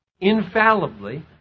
infallibly